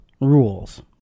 rules